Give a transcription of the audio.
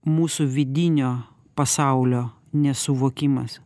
mūsų vidinio pasaulio nesuvokimas